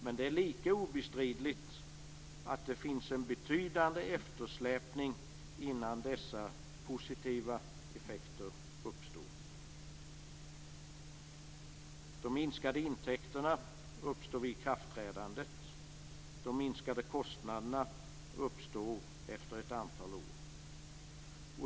Men det är lika obestridligt att det finns en betydande eftersläpning innan dessa positiva effekter uppstår. De minskade intäkterna uppstår vid ikraftträdandet. De minskade kostnaderna uppstår efter ett antal år.